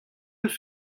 eus